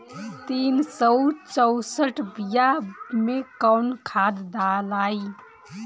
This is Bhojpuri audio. तीन सउ चउसठ बिया मे कौन खाद दलाई?